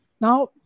now